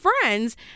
friends